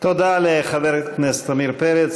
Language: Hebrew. תודה לחבר הכנסת עמיר פרץ.